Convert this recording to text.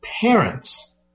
parents